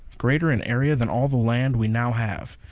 greater in area than all the land we now have.